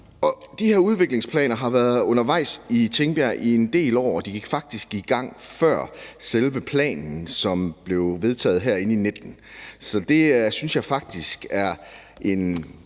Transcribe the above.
De her udviklingsplaner har været undervejs i Tingbjerg i en del år, og man gik faktisk i gang før selve planen, som blev vedtaget herinde i 2019. Så jeg synes faktisk, at